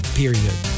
period